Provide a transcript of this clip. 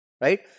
Right